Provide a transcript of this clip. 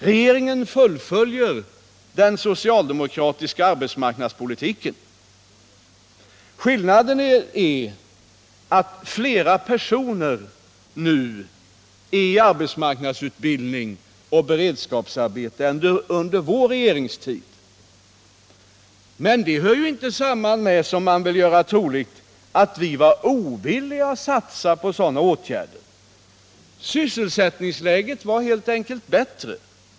Regeringen fullföljer den socialdemokratiska arbetsmarknadspolitiken. Skillnaden är att flera personer nu är i arbetsmarknadsutbildning och beredskapsarbete än under vår regeringstid. Men det hör inte samman med, som man vill göra troligt, att vi var ovilliga att satsa på sådana åtgärder. Sysselsättningsläget var helt enkelt bättre.